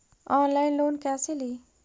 Online loan कैसे ली?